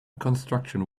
construction